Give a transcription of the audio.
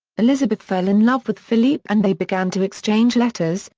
elizabeth fell in love with philip and they began to exchange letters,